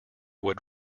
what